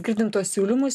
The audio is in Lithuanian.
girdim tuos siūlymus